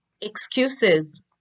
excuses